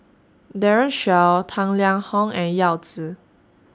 Daren Shiau Tang Liang Hong and Yao Zi